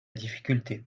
difficulté